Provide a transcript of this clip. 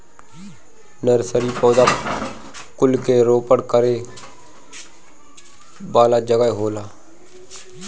nursery पौधा कुल के रोपण करे वाला जगह होला